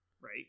right